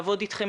לעבוד אתכם,